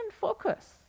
focus